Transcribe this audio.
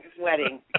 wedding